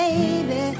Baby